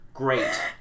Great